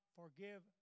forgive